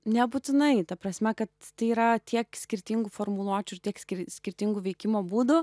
nebūtinai ta prasme kad tai yra tiek skirtingų formuluočių ir tiek skirtingų veikimo būdų